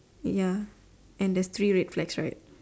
ya and there's three red flags right